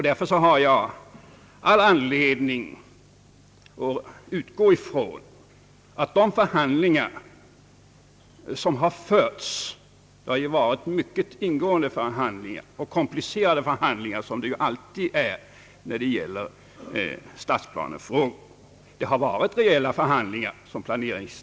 Det har i denna fråga varit mycket ingående och komplicerade förhandlingar som det alltid är när det gäller stadsplanefrågor och det har varit reella förhandlingar.